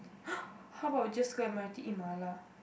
how about we just go Admiralty eat mala